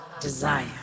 desire